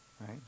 right